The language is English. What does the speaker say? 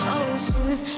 oceans